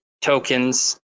tokens